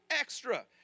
extra